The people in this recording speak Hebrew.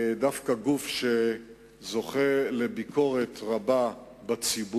זה דווקא גוף שזוכה לביקורת רבה בציבור,